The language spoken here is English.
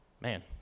Man